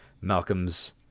Malcolm's